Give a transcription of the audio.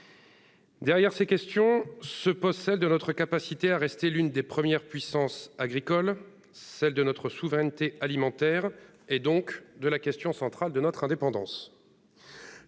Derrière ces questions se pose celle de notre capacité à rester l'une des premières puissances agricoles et celle de notre souveraineté alimentaire, donc le problème central de notre indépendance.